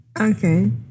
Okay